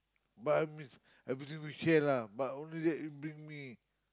but I mean everything we share lah but only that you bring me